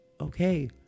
okay